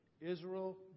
Israel